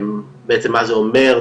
בעצם מה זה אומר,